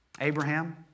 Abraham